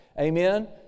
amen